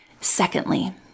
Secondly